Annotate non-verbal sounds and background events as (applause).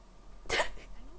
(laughs)